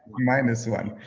minus one.